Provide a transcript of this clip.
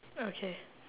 okay